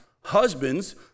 husbands